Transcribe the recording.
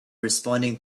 responding